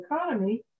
economy